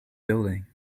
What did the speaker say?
building